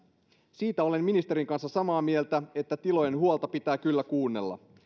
siitä olen ministerin kanssa samaa mieltä että tilojen huolta pitää kyllä kuunnella